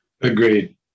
Agreed